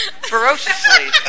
ferociously